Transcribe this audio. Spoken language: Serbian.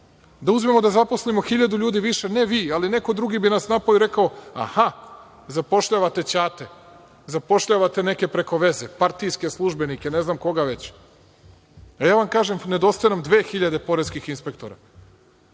Da uzmemo da zaposlimo 1000 ljudi više, ne vi, ali neko drugi bi nas napao i rekao – a, ha, zapošljavate ćate, zapošljavate neke preko veze, partijske službenike, ne znam koga već. Ja vam kažem, nedostaje nam 2000 poreskih inspektora.